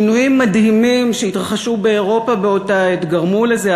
שינויים מדהימים שהתרחשו באירופה באותה העת גרמו לזה,